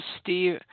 Steve